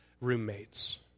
roommates